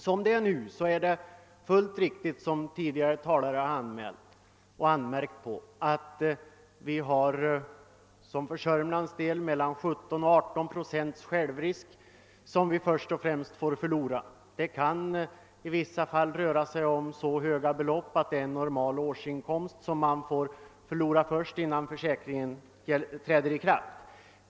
Som det nu är, förhåller det sig så som tidigare talare har anmärkt, nämligen att man i Sörmland har mellan 17 och 18 procents självrisk, som man först och främst förlorar. I vissa fall kan det röra sig om så pass höga belopp att de motsvarar en normal årsinkomst, innan försäkringen träder i kraft.